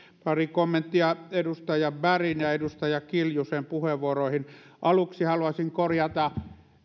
pari kommenttia edustaja bergin ja edustaja kiljusen puheenvuoroihin aluksi haluaisin korjata